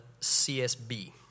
CSB